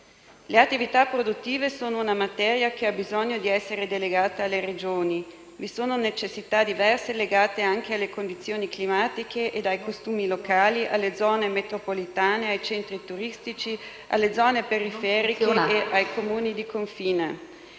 Le attività produttive sono una materia che ha bisogno di essere delegata alle Regioni. Vi sono necessità diverse legate anche alle condizioni climatiche, ai costumi locali, alle zone metropolitane, ai centri turistici, alle zone periferiche, nonché ai Comuni di confine.